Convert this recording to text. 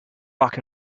back